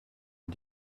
une